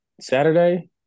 Saturday